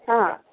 ହଁ